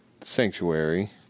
Sanctuary